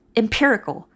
empirical